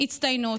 הצטיינות.